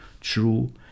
true